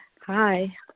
Hi